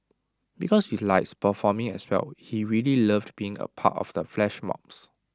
because he likes performing as well he really loved being A part of the flash mobs